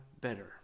better